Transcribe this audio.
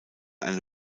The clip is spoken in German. eine